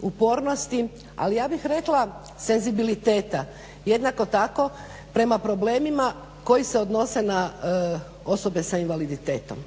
upornosti, ali ja bih rekla senzibiliteta jednako tako prema problemima koji se odnose na osobe sa invaliditetom.